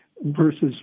versus